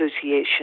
association